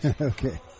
Okay